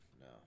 No